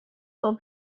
will